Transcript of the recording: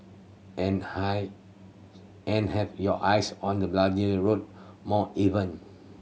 and high and have your eyes on the bloody road more even